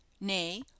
nay